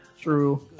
True